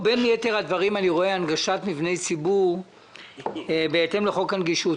בין יתר הדברים אני רואה פה הנגשת מבני ציבור בהתאם לחוק הנגישות.